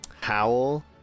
Howl